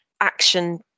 action